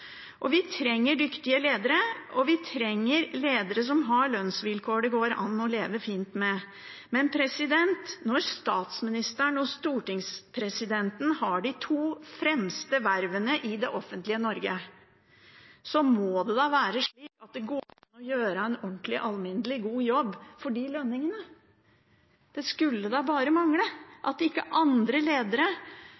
Vi trenger dyktige ledere, og vi trenger ledere som har lønnsvilkår det går an å leve fint med. Men når statsministeren og stortingspresidenten har de to fremste vervene i det offentlige Norge, må det da være slik at det går an å gjøre en ordentlig, alminnelig, god jobb for de lønningene. Det skulle da bare mangle